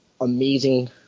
amazing